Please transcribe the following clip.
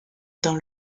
dans